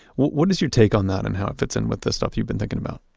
what is your take on that and how it fits in with the stuff you've been thinking about?